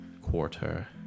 quarter